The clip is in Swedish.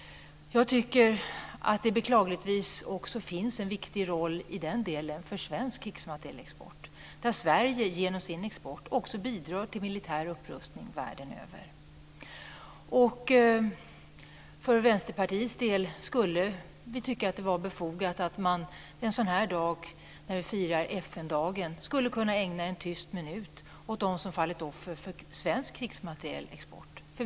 Beklagligtvis finns också en viktig roll i den delen för svensk krigsmaterielexport - genom sin export bidrar ju också Sverige till militär upprustning världen över. Vi i Vänsterpartiet tycker att det är befogat att vi en dag som denna då vi firar FN-dagen kunde ägna en tyst minut åt dem som fallit offer för svensk krigsmaterielexport.